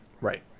Right